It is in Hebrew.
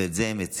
ואת זה יציג